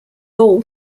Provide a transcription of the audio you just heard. all